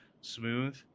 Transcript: smooth